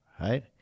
right